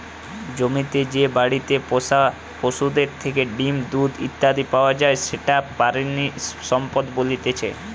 জমিতে যে বাড়িতে পোষা পশুদের থেকে ডিম, দুধ ইত্যাদি পাওয়া যায় সেটাকে প্রাণিসম্পদ বলতেছে